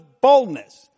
boldness